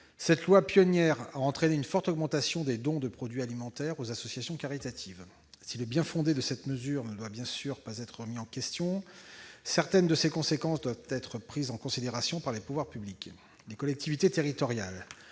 Cette loi pionnière a entraîné une forte augmentation des dons de produits alimentaires aux associations caritatives. Si le bien-fondé de cette mesure ne doit bien sûr pas être remis en question, certaines de ses conséquences doivent être prises en considération par les pouvoirs publics. Les collectivités territoriales